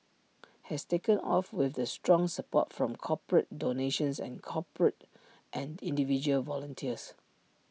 has taken off with the strong support from corporate donations and corporate and individual volunteers